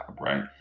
right